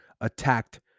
attacked